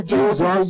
Jesus